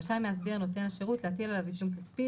רשאי מאסדר נותן השירות להטיל עליו עיצום כספי,